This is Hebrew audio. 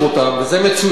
וזה מצוין.